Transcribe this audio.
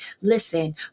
listen